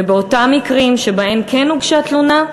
ובאותם מקרים שבהם כן הוגשה תלונה,